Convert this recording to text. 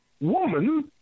woman